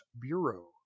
Bureau